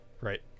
right